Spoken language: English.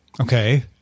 Okay